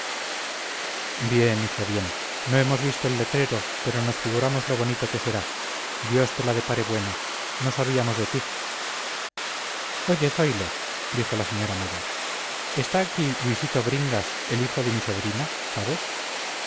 bien hijo bien no hemos visto el letrero pero nos figuramos lo bonito que será dios te la depare buena no sabíamos de ti oye zoilo dijo la señora mayor está aquí luisito bringas el hijo de mi sobrina sabes